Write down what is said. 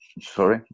sorry